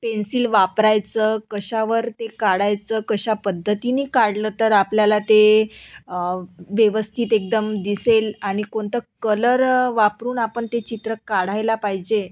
pencil वापरायचं कशावर ते काढायचं कशा पद्धतीने काढलं तर आपल्याला ते वेवस्थित एकदम दिसेल आणि कोणतं कलर वापरून आपण ते चित्र काढायला पाहिजे आहे